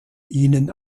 ihnen